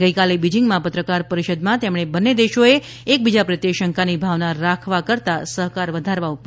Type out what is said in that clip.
ગઈકાલે બીજીંગમાં પત્રકાર પરિષદમાં તેમણે બંને દેશોએ એક બીજા પ્રત્યે શંકાની ભાવના રાખવા કરતા સહકાર વધારવો જોઈએ